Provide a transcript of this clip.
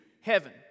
heaven